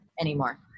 anymore